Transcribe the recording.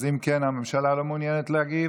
הממשלה לא מעוניינת להגיב?